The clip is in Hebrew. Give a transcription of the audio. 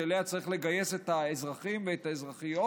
שאליה צריך לגייס את האזרחים ואת האזרחיות,